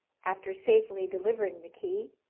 after safely delivering the key,